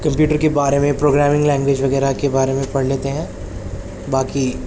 computer کے بارے میں پروگرامنگ لینگویج وغیرہ کے بارے میں پڑھ لیتے ہیں باقی